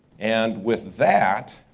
and with that,